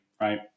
right